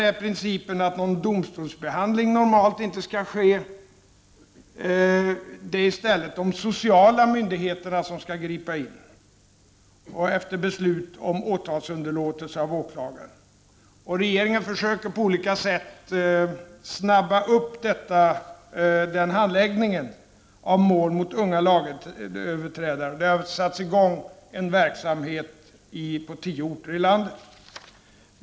Men principen är att någon domstolsbehandling normalt inte skall ske i detta sammanhang. Det är i stället de sociala myndigheterna som skall gripa in efter beslut om åtalsunderlåtelse av åklagare. Regeringen försöker på olika sätt påskynda handläggningen av mål mot unga lagöverträdare, och verksamheter har satts i gång på tio orter i landet.